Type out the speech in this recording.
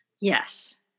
Yes